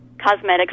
cosmetics